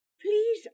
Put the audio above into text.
Please